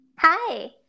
Hi